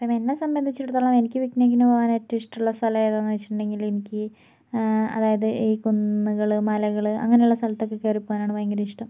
ഇപ്പം എന്നെ സംബന്ധിച്ചിടത്തോളം എനിക്ക് പിക്നിക്കിന് പോകാൻ ഏറ്റവും ഇഷ്ടമുള്ള സ്ഥലം ഏതാന്ന് ചോദിച്ചിട്ടുണ്ടെങ്കില് എനിക്ക് അതായത് ഈ കുന്നുകള് മലകള് അങ്ങനെള്ള സ്ഥലത്തൊക്കെ കയറി പോകാനാണ് ഭയങ്കര ഇഷ്ടം